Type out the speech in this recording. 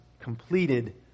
completed